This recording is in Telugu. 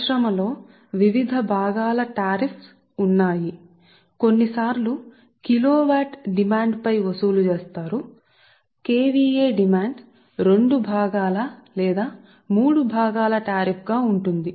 పరిశ్రమ లో వారు సుంకం టారిఫ్ యొక్క వివిధ భాగాలను కలిగి ఉన్నారు కొన్నిసార్లు వారు కిలోవాట్ డిమాండ్పై వసూలు చేస్తారు KVA డిమాండ్ వారికి రెండు లేదా మూడు భాగాల సుంకం ఉంటుంది